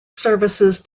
services